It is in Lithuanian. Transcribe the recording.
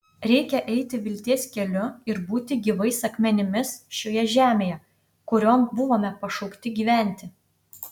reikia eiti vilties keliu ir būti gyvais akmenimis šioje žemėje kurion buvome pašaukti gyventi